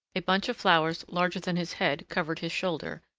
a bunch of flowers larger than his head covered his shoulder,